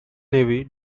navy